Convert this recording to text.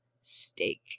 steak